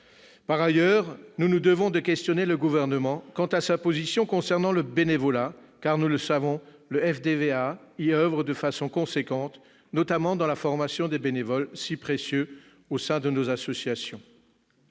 Par ailleurs, nous devons questionner le Gouvernement quant à sa position concernant le bénévolat, car, nous le savons, le FDVA y oeuvre de façon importante, notamment dans la formation des bénévoles, si précieux pour nos associations.